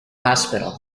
hospital